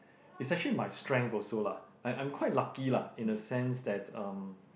is actually my strength also lah I I'm quite lucky lah in a sense that um